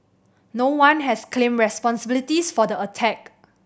no one has claimed responsibility for the attack